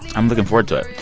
i'm looking forward to it.